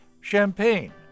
champagne